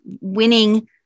winning